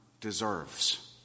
deserves